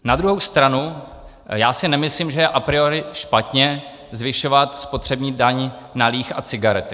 Na druhou stranu já si nemyslím, že je a priori špatně zvyšovat spotřební daň na líh a cigarety.